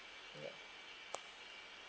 ya